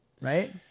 right